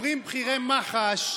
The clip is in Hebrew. אומרים בכירי מח"ש,